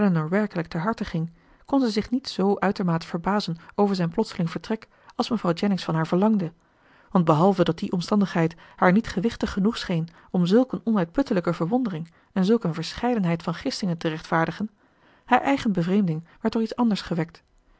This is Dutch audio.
werkelijk ter harte ging kon zij zich niet z uitermate verbazen over zijn plotseling vertrek als mevrouw jennings van haar verlangde want behalve dat die omstandigheid haar niet gewichtig genoeg scheen om zulk een onuitputtelijke verwondering en zulk een verscheidenheid van gissingen te rechtvaardigen haar eigen bevreemding werd door iets anders gewekt